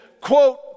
quote